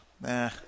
Nah